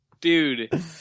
Dude